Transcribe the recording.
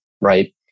Right